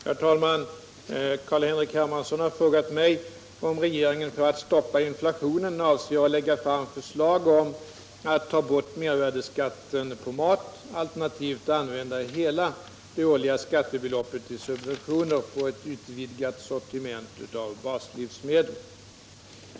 Herr talman! Carl-Henrik Hermansson har frågat mig, om regeringen för att stoppa inflationen avser att lägga fram förslag om att ta bort mervärdeskatten på mat, alternativt använda hela det årliga skattebeloppet till subventioner på ett utvidgat sortiment av baslivsmedel.